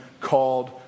called